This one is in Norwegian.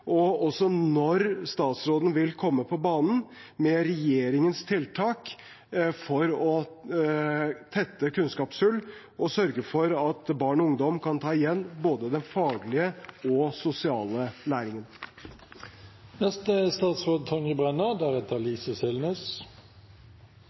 også utfordre på når statsråden vil komme på banen med regjeringens tiltak for å tette kunnskapshull og sørge for at barn og ungdom kan ta igjen både den faglige og den sosiale